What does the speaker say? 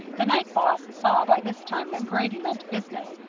the night boss saw by this time that grady meant business,